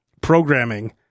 programming